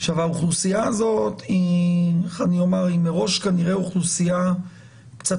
האוכלוסייה הזאת היא מראש כנראה אוכלוסייה קצת